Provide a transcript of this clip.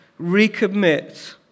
Recommit